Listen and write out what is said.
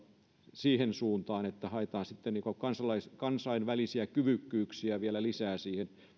siihen suuntaan että haetaan sitten kansainvälisiä kyvykkyyksiä vielä lisää siihen